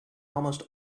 almost